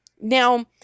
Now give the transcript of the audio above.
now